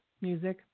music